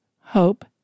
hope